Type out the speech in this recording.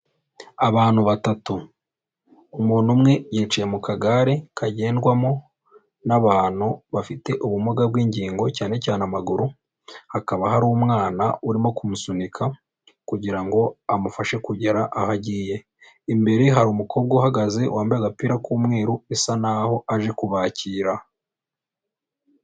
Abantu batatu umuntu, umwe yicayeye mu kagare kagendwamo n'abantu bafite ubumuga bw'ingingo cyane cyane amaguru, hakaba hari umwana urimo kumusunika kugira ngo amufashe kugera aho agiye, imbere hari umukobwa uhagaze wambaye agapira k'umweru bisa n'aho aje kubakira.